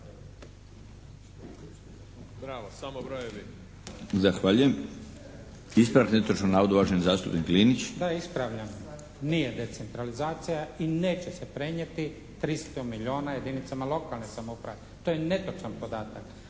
Da ispravljam. Nije decentralizacija i neće se prenijeti 300 milijuna jedinicama lokalne samouprave. To je netočan podatak.